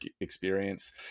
experience